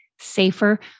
safer